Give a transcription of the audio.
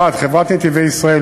1. חברת "נתיבי ישראל",